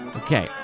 okay